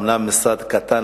אומנם משרד קטן,